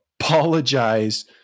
apologize